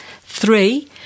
Three